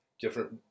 different